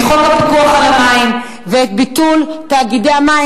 את חוק הפיקוח על המים ואת חוק ביטול תאגידי המים